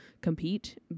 compete